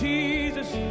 Jesus